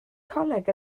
coleg